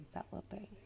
developing